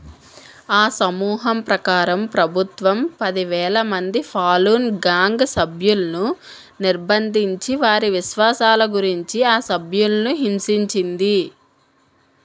ఆ సమూహం ప్రకారం ప్రభుత్వం పదివేల మంది ఫాలున్ గాంగ్ సభ్యులను నిర్బంధించి వారి విశ్వాసాల గురించి ఆ సభ్యులని హింసించింది